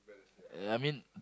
ya I mean